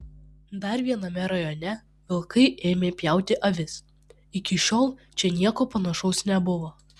dar viename rajone vilkai ėmė pjauti avis iki šiol čia nieko panašaus nebuvo